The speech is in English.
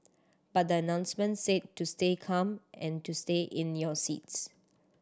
but the announcement said to stay calm and to stay in your seats